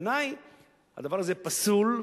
בעיני הדבר הזה פסול,